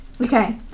okay